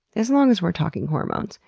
as long as we're talking hormones,